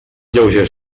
lleuger